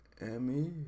Emmy